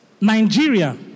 Nigeria